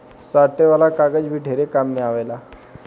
साटे वाला कागज भी ढेर काम मे आवेला